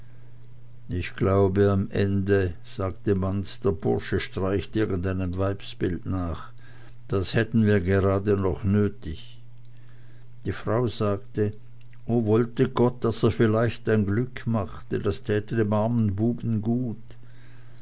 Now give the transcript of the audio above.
ich glaube am ende sagte manz der bursche streicht irgendeinem weibsbild nach das hätten wir gerade noch nötig die frau sagte o wollte gott daß er vielleicht ein glück machte das täte dem armen buben gut